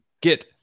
get